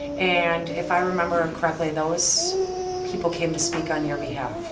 and if i remember correctly those people came to speak on your behalf,